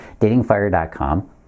datingfire.com